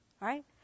Right